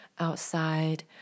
outside